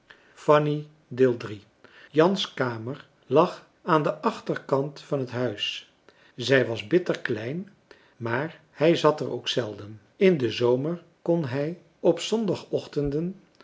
jans kamer lag aan den achterkant van het huis zij was bitter klein maar hij zat er ook zelden in den zomer kon hij op